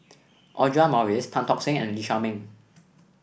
Audra Morrice Tan Tock Seng and Lee Shao Meng